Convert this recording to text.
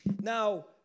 now